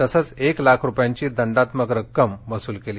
तसच एक लाख रुपये दंडात्मक रक्कम वसूल केली